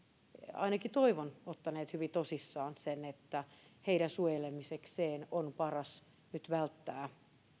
ainakin toivon ottaneet hyvin tosissaan sen että heidän suojelemisekseen on paras nyt välttää